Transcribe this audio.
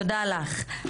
תודה לך.